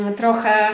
trochę